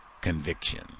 conviction